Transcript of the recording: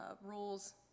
Rules